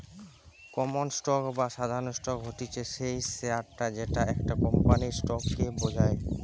common stock বা সাধারণ stock হতিছে সেই শেয়ারটা যেটা একটা কোম্পানির স্টক কে বোঝায়